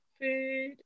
food